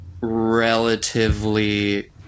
relatively